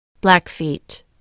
Blackfeet